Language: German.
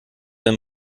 wenn